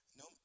no